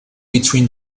between